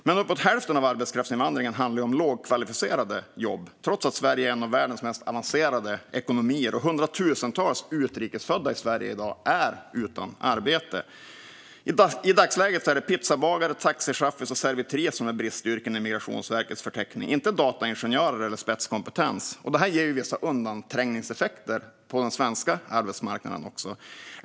Men uppemot hälften av arbetskraftsinvandringen handlar ju om lågkvalificerade jobb, trots att Sverige är en av världens mest avancerade ekonomier och att hundratusentals utrikes födda i Sverige är utan arbete i dag. I dagsläget är det pizzabagare, taxichaufför och servitris som är bristyrken i Migrationsverkets förteckning, inte dataingenjör eller spetskompetens. Detta ger vissa undanträngningseffekter på den svenska arbetsmarknaden.